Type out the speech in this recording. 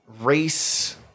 race